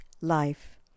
life